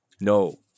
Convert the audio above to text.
No